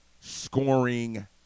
Scoring